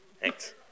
Thanks